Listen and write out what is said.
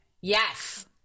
Yes